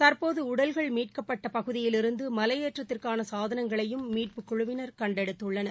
தற்போதுஉடல்கள் மீட்கப்பட்டபகுதியில் இருந்துமலையேற்றத்திற்கானசாதனங்களையும் மீட்புக் குழுவினர் கண்டெடுத்துள்ளனர்